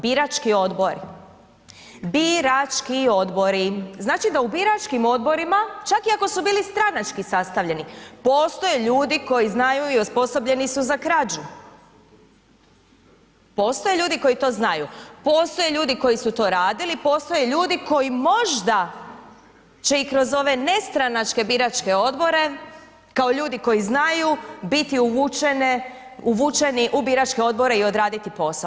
Birački odbori, birački odbori, znači da u biračkim odborima čak i ako su bili stranački sastavljeni postoje ljudi koji znaju i osposobljeni su za krađu, postoje ljudi koji to znaju, postoje ljudi koji su to radili, postoje ljudi koji možda će i kroz ove nestranačke biračke odbore kao ljudi koji znaju biti uvučene, uvučeni u biračke odbore i odraditi posao.